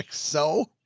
like so